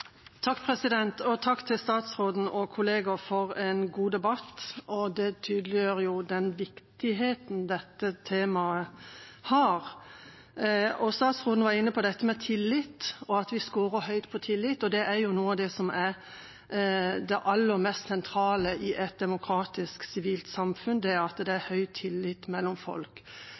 Takk til statsråden og kolleger for en god debatt, som tydeliggjør den viktigheten dette temaet har. Statsråden var inne på dette med tillit, at vi skårer høyt på tillit, og noe av det aller mest sentrale i et demokratisk sivilt samfunn er jo at det er høy tillit mellom folk.